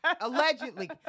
allegedly